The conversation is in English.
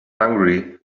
hungry